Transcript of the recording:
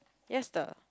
yes the